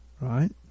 right